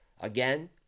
again